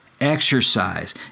exercise